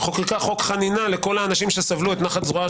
חוקקה חוק חנינה לכל אנשים שסבלו את נחת זרועה